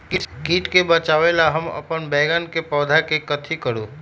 किट से बचावला हम अपन बैंगन के पौधा के कथी करू?